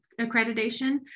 accreditation